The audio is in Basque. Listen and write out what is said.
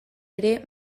ere